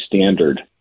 standard